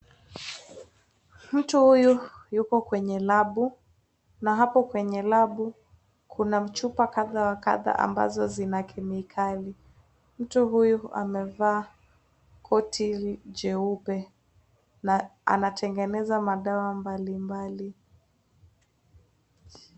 Mtu huyu yuko kwenye labu na hapo kwenye labu kuna chupa kadhaa wa kadha ambazo zina kemikali, mtu huyu amevaa koti jeupe na anatengeneza madawa mbali mbali.